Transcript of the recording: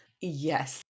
Yes